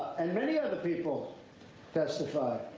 and many other people testify.